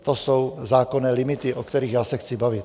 To jsou zákonné limity, o kterých já se chci bavit.